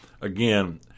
again